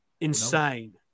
Insane